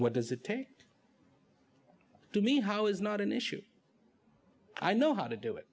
what does it take to mean how is not an issue i know how to do it